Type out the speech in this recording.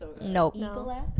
No